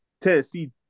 Tennessee